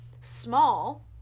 Small